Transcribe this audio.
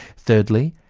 thirdly,